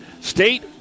state